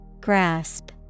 Grasp